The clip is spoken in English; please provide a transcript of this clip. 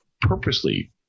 purposely